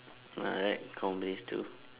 uh I like comedies too